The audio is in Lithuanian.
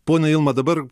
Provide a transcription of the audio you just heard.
ponia jum vat dabar